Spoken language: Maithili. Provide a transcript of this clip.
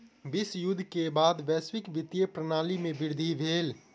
विश्व युद्ध के बाद वैश्विक वित्तीय प्रणाली में वृद्धि भेल